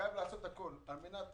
חייבים לעשות הכול על מנת